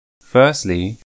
Firstly